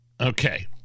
Okay